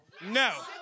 No